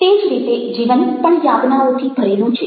તે જ રીતે જીવન પણ યાતનાઓથી ભરેલું છે